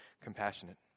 compassionate